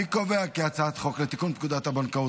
אני קובע כי הצעת חוק לתיקון פקודת הבנקאות